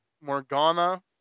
Morgana